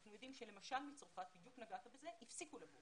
אנחנו יודעים שלמשל מצרפת בדיוק נגעת בזה - הפסיקו לבוא.